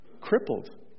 crippled